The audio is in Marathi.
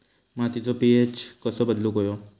मातीचो पी.एच कसो बदलुक होयो?